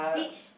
peach